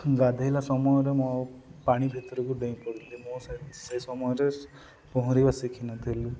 ଗାଧେଇଲା ସମୟରେ ମୋ ପାଣି ଭିତରକୁ ଡେଇଁ ପଡ଼ଥିଲି ମୁଁ ସେ ସମୟରେ ପହଁରିବା ଶିଖିନଥିଲି